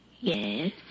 Yes